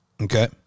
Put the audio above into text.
Okay